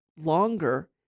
longer